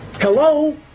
Hello